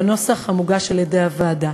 בנוסח המוגש על-ידי הוועדה.